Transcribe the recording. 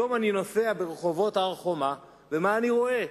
היום אני נוסע ברחובות הר-חומה ומה אני רואה?